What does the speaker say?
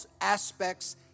aspects